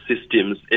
systems